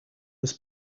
was